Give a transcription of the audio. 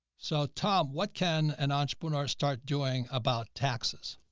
so tom, what can an entrepreneur start doing about taxes?